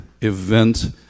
event